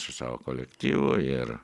su savo kolektyvu ir